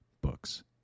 books